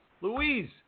louise